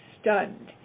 stunned